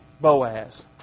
Boaz